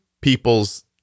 people's